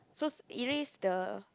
so erase the